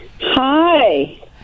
Hi